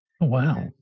Wow